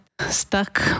stuck